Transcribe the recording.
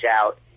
out